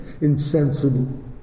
insensible